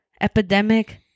epidemic